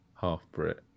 Half-Brit